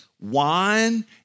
wine